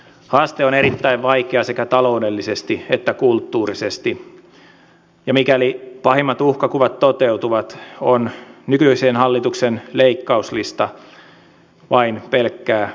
haaste on erittäin vaikea sekä taloudellisesti että kulttuurisesti ja mikäli pahimmat uhkakuvat toteutuvat on nykyisen hallituksen leikkauslista vain pelkkää alkusoittoa